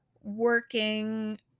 working